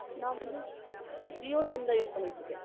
நான் வந்து ஜியோ சிம் தான் யூஸ் பண்ணிருட்டுக்கேன்